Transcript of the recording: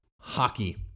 hockey